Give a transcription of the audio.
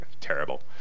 Terrible